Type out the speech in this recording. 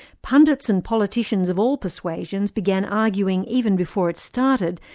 pundits and politicians of all persuasions began arguing even before it started,